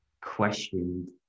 questioned